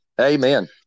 amen